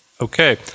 Okay